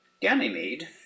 Ganymede